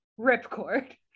Ripcord